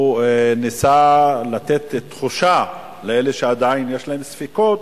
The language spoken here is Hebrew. הוא ניסה לתת תחושה, לאלה שעדיין יש להם ספקות,